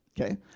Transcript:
okay